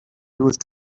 used